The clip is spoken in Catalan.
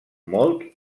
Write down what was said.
molt